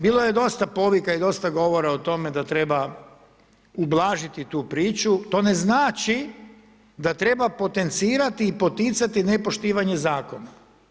Bilo je dosta povika i dosta govora o tome da treba ublažiti tu priču, to ne znači da treba potencirati i poticati nepoštivanje zakona.